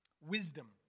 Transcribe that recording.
Wisdom